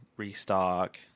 Restock